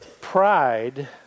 pride